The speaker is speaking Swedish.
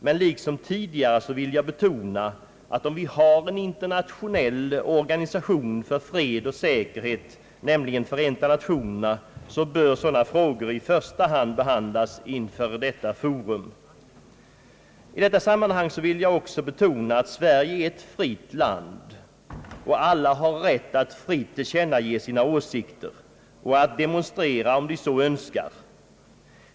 Men liksom tidigare vill jag betona att då vi har en internationell organisation för fred och säkerhet, nämligen Förenta Nationerna, bör sådana frågor i första hand behandlas inför detta forum. I detta sammanhang vill jag också betona att Sverige är ett fritt land där alla har rätt att fritt tillkännage sina åsikter och att demonstrera om de så önskar.